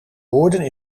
woorden